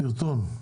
את הסרטון.